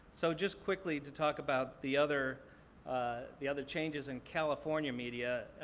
so just quickly, to talk about the other ah the other changes in california media.